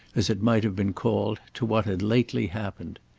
as it might have been called, to what had lately happened.